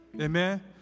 amen